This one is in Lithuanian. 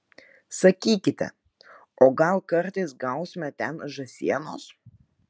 sakykite o gal kartais gausime ten žąsienos